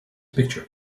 picture